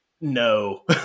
no